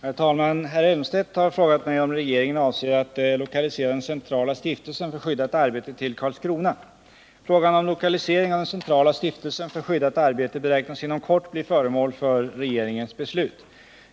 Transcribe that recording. Herr talman! Herr Elmstedt har frågat mig om regeringen avser att lokalisera den centrala stiftelsen för skyddat arbete till Karlskrona. Frågan om lokalisering av den centrala stiftelsen för skyddat arbete beräknas inom kort bli föremål för regeringens beslut.